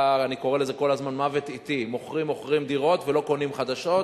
אני קורא לזה "מוות אטי": מוכרים ומוכרים דירות ולא קונים חדשות,